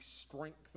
strength